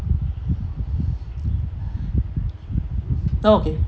okay